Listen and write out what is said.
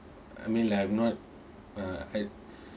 I mean I'm not uh I